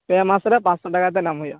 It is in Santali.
ᱯᱮ ᱢᱟᱥ ᱨᱮ ᱯᱟᱸᱪᱥᱚ ᱴᱟᱠᱟ ᱠᱟᱛᱮᱫ ᱮᱢ ᱦᱩᱭᱩᱜᱼᱟ